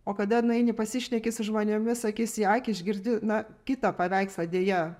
o kodėl nueini pasišneki su žmonėmis akis į akį išgirdi na kitą paveikslą deja